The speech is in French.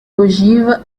ogive